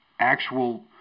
actual